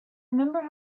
remember